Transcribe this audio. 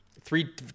Three